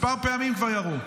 כבר כמה פעמים ירו,